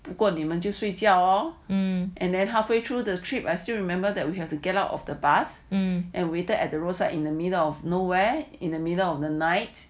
不过你们就睡觉 um and then halfway through the trip I still remember that we have to get out of the bus um and waited at the roadside in the middle of nowhere in the middle of the night